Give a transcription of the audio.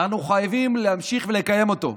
אנו חייבים להמשיך ולקיים אותו.